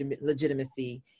legitimacy